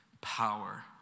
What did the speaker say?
power